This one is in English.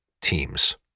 teams